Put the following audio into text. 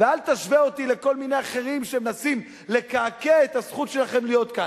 ואל תשווה אותי לכל מיני אחרים שמנסים לקעקע את הזכות שלכם להיות כאן.